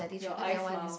your eyes smile